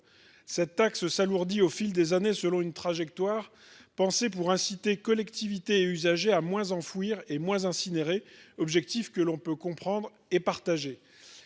Cette taxe s'alourdit au fil des années, selon une trajectoire pensée pour inciter collectivités et usagers à moins enfouir et moins incinérer. On peut comprendre et partager